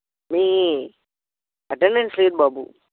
నీ అటెండెన్స్ లేదు బాబు